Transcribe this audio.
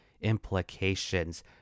implications